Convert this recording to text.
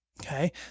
okay